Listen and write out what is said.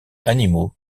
animaux